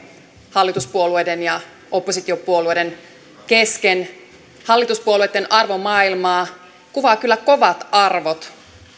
hallituspuolueiden ja oppositiopuolueiden kesken hallituspuolueitten arvomaailmaa kuvaavat kyllä kovat arvot